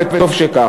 וטוב שכך.